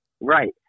Right